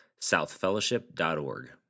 southfellowship.org